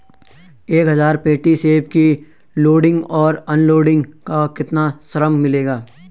एक हज़ार पेटी सेब की लोडिंग और अनलोडिंग का कितना श्रम मिलेगा?